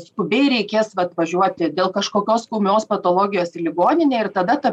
skubiai reikės vat važiuoti dėl kažkokios ūmios patologijos į ligoninę ir tada ta